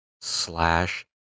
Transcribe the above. slash